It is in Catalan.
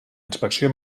inspecció